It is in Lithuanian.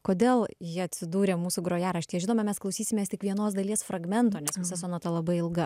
kodėl ji atsidūrė mūsų grojaraštyje žinoma mes klausysimės tik vienos dalies fragmento nes visa sonata labai ilga